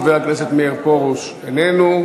חבר הכנסת מאיר פרוש, איננו.